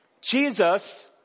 Jesus